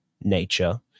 nature